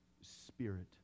spirit